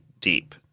deep